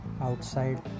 outside